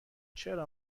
چرا